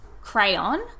crayon